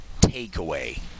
takeaway